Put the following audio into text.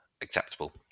acceptable